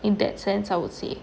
in that sense I would say